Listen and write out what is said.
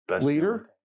leader